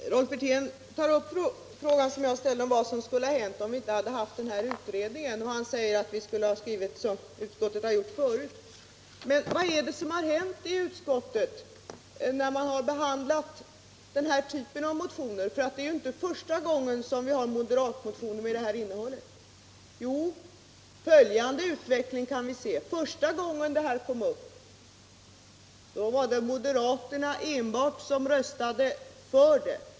Herr talman! Rolf Wirtén tog upp den fråga som jag ställde om vad som skulle ha hänt ifall vi inte hade haft denna utredning. Och Rolf Wirtén svarade att utskottet skulle ha skrivit så som det gjort förut. Men vad är det som hänt i utskottet, när man tidigare behandlat den här typen av motioner — för det är ju inte första gången som vi har moderatmotioner med detta innehåll? Jo, vi kan se följande utveckling. Första gången som denna fråga kom upp var moderaterna ensamma om att rösta för förslaget.